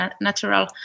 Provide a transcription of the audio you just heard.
natural